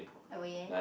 oh yeah